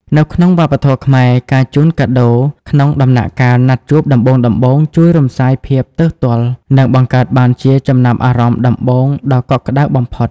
នៅក្នុងវប្បធម៌ខ្មែរ ការជូនកាដូក្នុងដំណាក់កាលណាត់ជួបដំបូងៗ ជួយរំសាយយភាពទើសទាល់ និងបង្កើតបានជាចំណាប់អារម្មណ៍ដំបូងដ៏កក់ក្ដៅបំផុត។